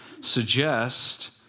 Suggest